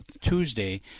Tuesday